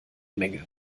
menge